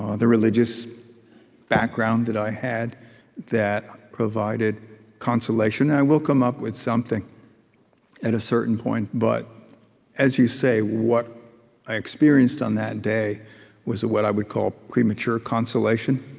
ah the religious background that i had that provided consolation, and i will come up with something at a certain point. but as you say, what i experienced on that day was what i would call premature consolation,